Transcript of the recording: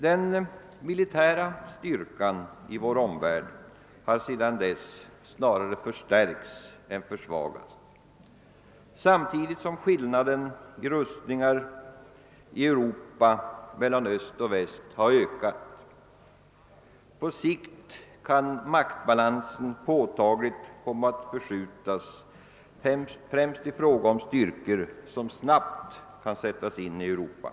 Den militära styrkan i vår omvärld har sedan dess snarare förstärkts än försvagats, samtidigt som skillnaden i rustningar mellan Öst och Väst i Europa har ökat. På sikt kan maktbalansen påtagligt komma att förskjutas, främst i fråga om styrkor som snabbt kan sättas in i Europa.